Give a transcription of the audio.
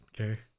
okay